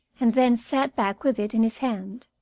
and then sat back with it in his hand.